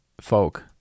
folk